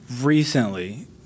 recently